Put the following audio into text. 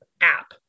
app